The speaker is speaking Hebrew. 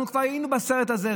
אנחנו כבר היינו בסרט הזה,